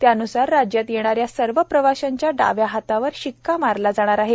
त्यानुसार राज्यात येणाऱ्या सर्व प्रवाशांच्या डाव्या हातावर शिक्का मारला जाणार आहे